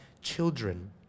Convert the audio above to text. children